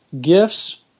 gifts